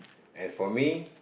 as for me